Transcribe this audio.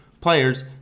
players